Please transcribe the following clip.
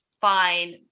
fine